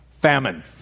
Famine